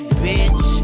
bitch